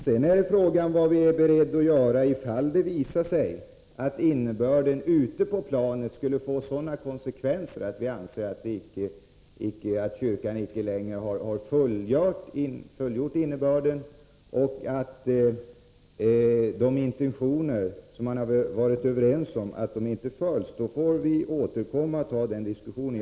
Sedan är det frågan om vad vi är beredda att göra om det visar sig att tillämpningen av reglerna ute på fältet får sådana konsekvenser att kyrkan icke längre har fullgjort sina skyldigheter och inte har fullföljt de intentioner man har varit överens om. Då får vi återkomma och ta den diskussionen.